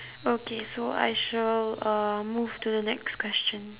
okay so I shall uh move to the next question